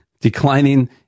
declining